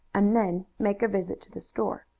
and then make a visit to the store.